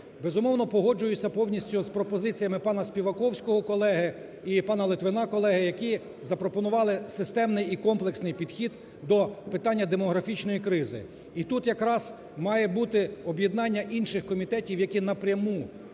Безумовно, погоджуюсь повністю з пропозиціями пана Співаковського, колеги, і пана Литвина, колеги, які запропонували системний і комплексний підхід до питання демографічної кризи. І тут якраз має бути об'єднання інших комітетів, які напряму